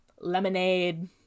lemonade